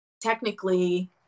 technically